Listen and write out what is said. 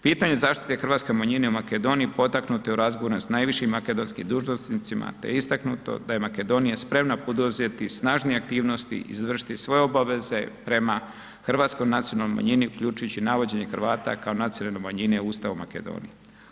Pitanje zaštite hrvatske manjine u Makedoniji potaknuti u … [[Govornik se ne razumije]] s najvišim makedonskim dužnosnicima, te istaknuto da je Makedonija spremna poduzeti snažnije aktivnosti i izvršiti svoje obaveze prema hrvatskoj nacionalnoj manjini uključujući i navođenje Hrvata kao nacionalne manjine u Ustavu Makedonije.